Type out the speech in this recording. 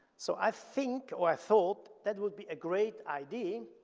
so i think, or i thought that would be a great idea,